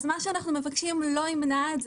מה שאנחנו מבקשים לא ימנע את זה.